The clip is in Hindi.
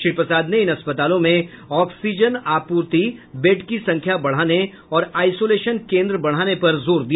श्री प्रसाद ने इन अस्पतालों में ऑक्सीजन आपूर्ति बेड की संख्या बढ़ाने और आइसोलेशन केन्द्र बढ़ाने पर जोर दिया